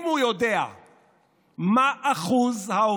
בור תקציבי